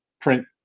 print